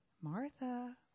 Martha